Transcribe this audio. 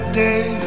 day